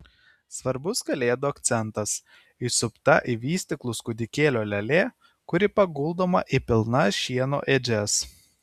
svarbus kalėdų akcentas įsupta į vystyklus kūdikėlio lėlė kuri paguldoma į pilnas šieno ėdžias